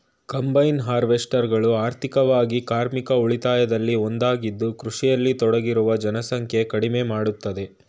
combine ಹಾರ್ವೆಸ್ಟರ್ಗಳು ಆರ್ಥಿಕವಾಗಿ ಕಾರ್ಮಿಕ ಉಳಿತಾಯದಲ್ಲಿ ಒಂದಾಗಿದ್ದು ಕೃಷಿಯಲ್ಲಿ ತೊಡಗಿರುವ ಜನಸಂಖ್ಯೆ ಕಡಿಮೆ ಮಾಡ್ತದೆ